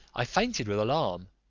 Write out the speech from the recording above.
i fainted with alarm,